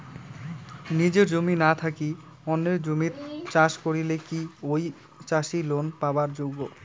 নিজের জমি না থাকি অন্যের জমিত চাষ করিলে কি ঐ চাষী লোন পাবার যোগ্য?